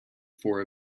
for